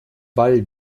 wall